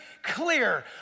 Clear